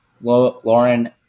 Lauren